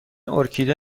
ارکیده